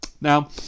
Now